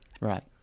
right